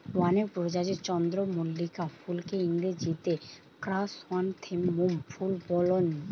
অনেক প্রজাতির চন্দ্রমল্লিকা ফুলকে ইংরেজিতে ক্র্যাসনথেমুম ফুল বোলছে